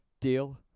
Deal